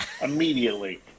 Immediately